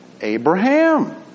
Abraham